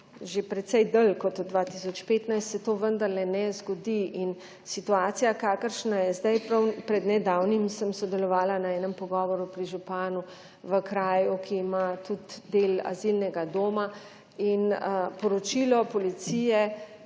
že precej dlje kot 2015 se to vendarle ne zgodi. In situacija kakršna je zdaj, prav pred nedavnim sem sodelovala na enem pogovoru pri županu v kraju, ki ima tudi del azilnega doma. In poročilo policije